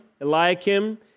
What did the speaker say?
Eliakim